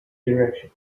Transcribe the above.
direction